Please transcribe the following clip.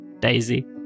Daisy